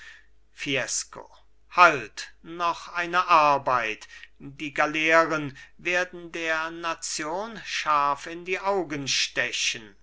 fiesco halt noch eine arbeit die galeeren werden der nation scharf in die augen stechen